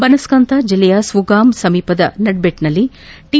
ಬನಸ್ಕಾಂತ ಜಿಲ್ಲೆಯ ಸ್ವುಗಾಮ್ ಸಮೀಪದ ನಡಬೆಟ್ನಲ್ಲಿ ಟಿ